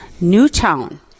Newtown